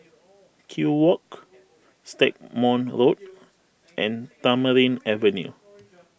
Kew Walk Stagmont Road and Tamarind Avenue